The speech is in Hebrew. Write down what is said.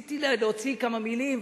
ניסיתי להוציא כמה מלים,